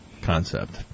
concept